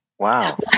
Wow